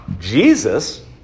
Jesus